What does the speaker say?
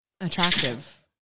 attractive